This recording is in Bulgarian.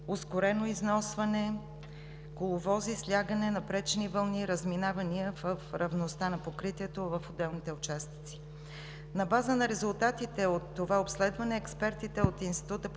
ускорено износване, коловози, слягане, напречни вълни, разминавания в равността на покритието в отделните участъци. На база на резултатите от това обследване, експертите от Института